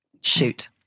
Shoot